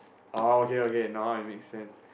oh okay okay now it makes sense